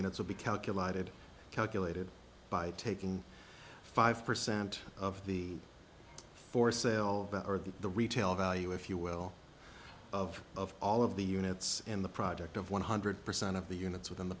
units will be calculated calculated by taking five percent of the for sale better than the retail value if you will of of all of the units in the project of one hundred percent of the units within the